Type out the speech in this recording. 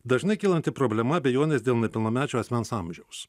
dažnai kylanti problema abejonės dėl nepilnamečio asmens amžiaus